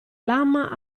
lama